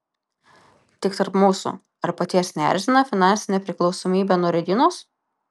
tik tarp mūsų ar paties neerzina finansinė priklausomybė nuo reginos